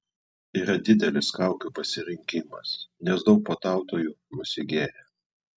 yra didelis kaukių pasirinkimas nes daug puotautojų nusigėrė